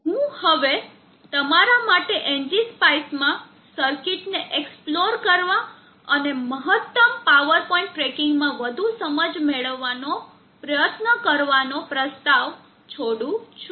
હું હવે તમારા માટે એનજીસ્પાઈસ માં સર્કિટને એક્સપ્લોર કરવા અને મહત્તમ પાવર પોઇન્ટ ટ્રેકિંગમાં વધુ સમજ મેળવવાનો પ્રયત્ન કરવાનો પ્રસ્તાવ છોડું છું